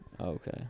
Okay